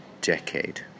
decade